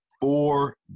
four